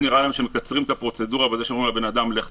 כדי לקצר את הפרוצדורה על ידי זה שהם שולחים את הבן אדם להביא